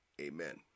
amen